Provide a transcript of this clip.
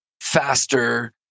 faster